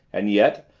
and yet,